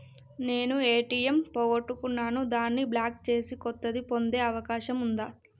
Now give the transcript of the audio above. నేను ఏ.టి.ఎం పోగొట్టుకున్నాను దాన్ని బ్లాక్ చేసి కొత్తది పొందే అవకాశం ఉందా?